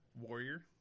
Warrior